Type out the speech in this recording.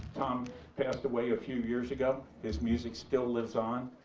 tom passed away a few years ago. his music still lives on,